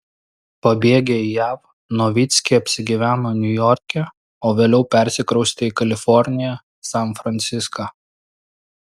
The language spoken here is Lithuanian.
pabėgę į jav novickiai apsigyveno niujorke o vėliau persikraustė į kaliforniją san franciską